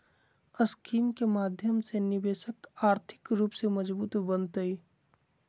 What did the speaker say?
scheme के माध्यम से निवेशक आर्थिक रूप से मजबूत बनतय